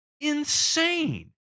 insane